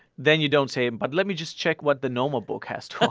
then you don't say, and but let me just check what the noma book has to ah